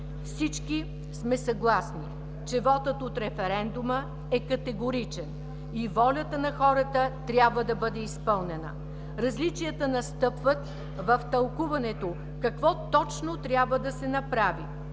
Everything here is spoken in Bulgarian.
Всички сме съгласни, че вотът от референдума е категоричен и волята на хората трябва да бъде изпълнена. Различията настъпват в тълкуването какво точно трябва да се направи,